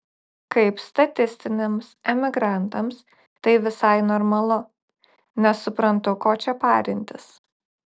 kaip statistiniams emigrantams tai visai normalu nesuprantu ko čia parintis